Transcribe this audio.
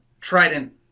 Trident